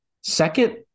Second